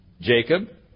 Jacob